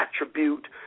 attribute